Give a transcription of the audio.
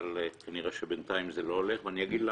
אבל כנראה שבינתיים זה לא הולך ואני אגיד למה.